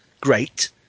great